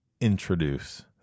introduce